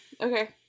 Okay